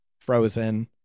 Frozen